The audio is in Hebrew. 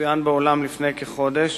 בעולם לפני כחודש,